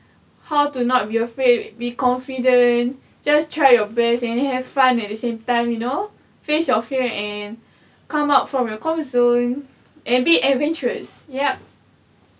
how to not be afraid be confident just try your best and you have fun at the same time you know face your fear and come out from your comfort zone and be adventurous yup